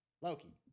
Loki